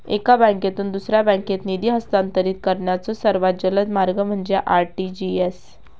एका बँकेतून दुसऱ्या बँकेत निधी हस्तांतरित करण्याचो सर्वात जलद मार्ग म्हणजे आर.टी.जी.एस